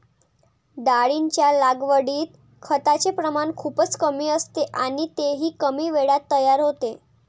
डाळींच्या लागवडीत खताचे प्रमाण खूपच कमी असते आणि तेही कमी वेळात तयार होते